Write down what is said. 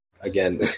again